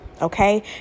okay